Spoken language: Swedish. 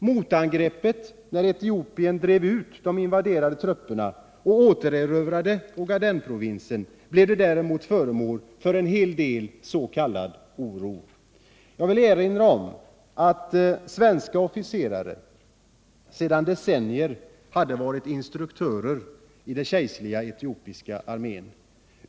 Motangreppet, när Etiopien drev ut de invaderande trupperna och återerövrade Ogadenprovinsen, har däremot varit föremål för en hel del s.k. oro. Jag vill erinra om att svenska officerare sedan decennier hade varit instruktörer i den kejserliga etiopiska armén.